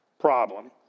problem